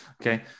Okay